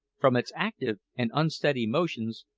from its active and unsteady motions,